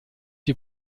die